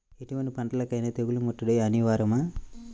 ఎటువంటి పంటలకైన తెగులు ముట్టడి అనివార్యమా?